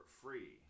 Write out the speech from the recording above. free